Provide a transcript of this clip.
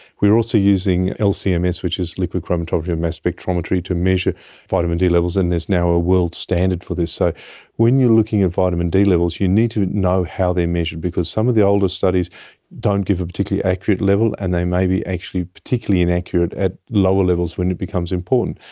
we are also using lcms which is liquid chromatography-mass spectrometry to measure vitamin d levels, and there's now a world standard for this. so when you are looking at vitamin d levels you need to know how they are measured because some of the older studies don't give a particularly accurate level, and they may be actually particularly inaccurate at lower levels when it becomes important.